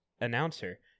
announcer